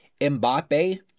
Mbappe